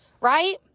right